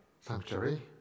sanctuary